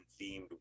themed